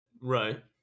Right